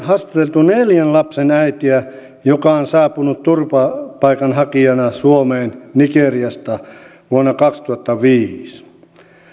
haastateltu neljän lapsen äitiä joka on saapunut turvapaikanhakijana suomeen nigeriasta vuonna kaksituhattaviisi